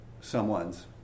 someone's